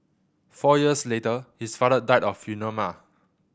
four years later his father died of